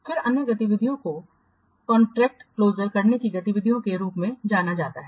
फिर अन्य गतिविधि को कॉन्ट्रैक्ट क्लोजर करने की गतिविधियों के रूप में जाना जाता है